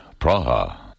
Praha